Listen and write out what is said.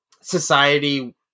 society